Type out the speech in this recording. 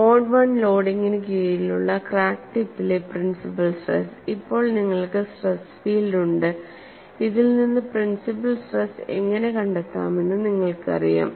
mode 1 ലോഡിംഗിന് കീഴിലുള്ള crack ടിപ്പിലെ പ്രിൻസിപ്പൽ സ്ട്രെസ് ഇപ്പോൾ നിങ്ങൾക്ക് സ്ട്രെസ് ഫീൽഡ് ഉണ്ട് ഇതിൽ നിന്ന് പ്രിൻസിപ്പൽ സ്ട്രെസ് എങ്ങനെ കണ്ടെത്താമെന്ന് നിങ്ങൾക്കറിയാം